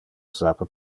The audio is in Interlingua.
sape